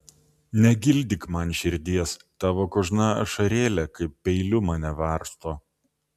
negildyk man širdies tavo kožna ašarėlė kaip peiliu mane varsto